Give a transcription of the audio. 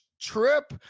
trip